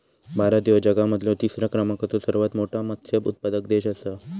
भारत ह्यो जगा मधलो तिसरा क्रमांकाचो सर्वात मोठा मत्स्य उत्पादक देश आसा